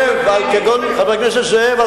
חבר הכנסת זאב,